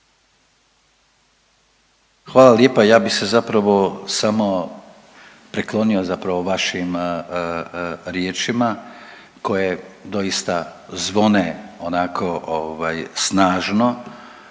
Hvala lijepa. Ja bih se zapravo samo priklonio zapravo vašim riječima, koje doista zvone onako